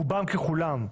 רובן ככולן,